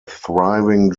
thriving